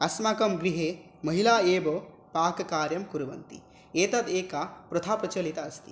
अस्माकं गृहे महिलाः एव पाककार्यं कुर्वन्ति एतद् एका प्रथा प्रचलिता अस्ति